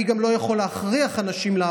הם מעדיפים, כי שם משלמים יותר, נכון, יפה מאוד.